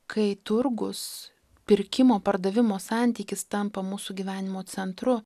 kai turgūs pirkimo pardavimo santykis tampa mūsų gyvenimo centru